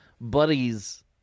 buddies